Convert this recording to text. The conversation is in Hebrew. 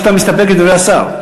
אני מבין שאתה מסתפק בדברי השר.